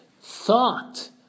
thought